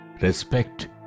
respect